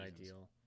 ideal